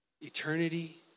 Eternity